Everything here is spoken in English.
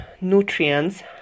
nutrients